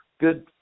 good